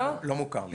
לא מוכר לי.